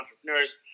entrepreneurs